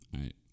right